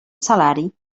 salari